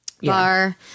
Bar